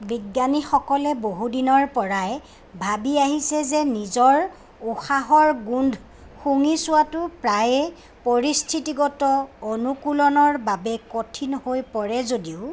বিজ্ঞানীসকলে বহুদিনৰ পৰাই ভাবি আহিছে যে নিজৰ উশাহৰ গোন্ধ শুঙি চোৱাটো প্ৰায়ে পৰিস্থিতিগত অনুকূলনৰ বাবে কঠিন হৈ পৰে যদিও